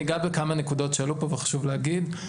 אני אגע בכמה נקודות שעלו פה וחשוב להגיד,